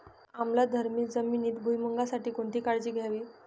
आम्लधर्मी जमिनीत भुईमूगासाठी कोणती काळजी घ्यावी?